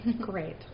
great